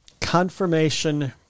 confirmation